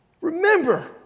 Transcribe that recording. Remember